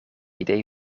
idee